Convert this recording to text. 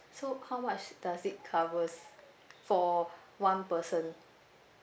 so how much does it covers for one person